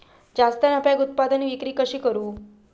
जास्त नफ्याक उत्पादन विक्री कशी करू?